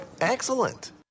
Excellent